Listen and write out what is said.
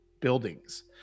buildings